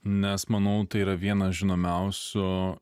nes manau tai yra vienas žinomiausių